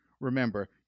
Remember